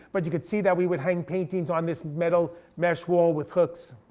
but you could see that we would hang paintings on this metal mesh wall with hooks.